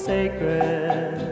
Sacred